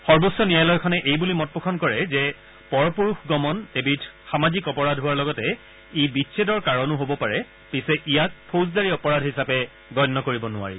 সৰ্বোচ্চ ন্যায়ালয়খনে এই বুলি মত পোষণ কৰে যে পৰপুৰুষগমন এবিধ সামাজিক অপৰাধ হোৱাৰ লগতে ই বিছেদৰ কাৰণো হব পাৰে পিছে ইয়াক ফৌজদাৰী অপৰাধ হিচাপে গণ্য কৰিব নোৱাৰি